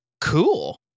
cool